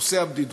נושא הבדידות.